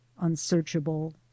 unsearchable